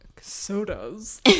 sodas